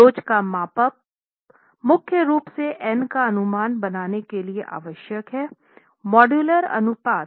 लोच का मापांक मुख्य रूप से n का अनुमान बनाने के लिए आवश्यक है मॉड्यूलर अनुपात